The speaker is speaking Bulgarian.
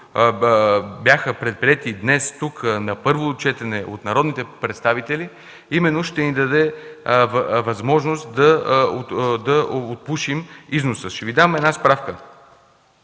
които бяха предприети днес тук на първо четене от народните представители, именно ще ни даде възможност да отпушим износа. Ще Ви дам една справка